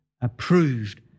approved